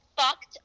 fucked